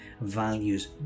values